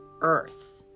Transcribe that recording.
earth